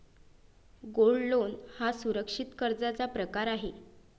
gold loan हा सुरक्षित कर्जाचा प्रकार आहे